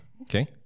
Okay